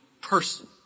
person